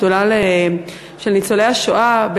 השדולה של ניצולי השואה,